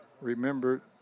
Remember